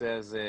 הנושא הזה,